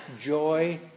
joy